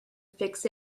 fix